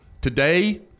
Today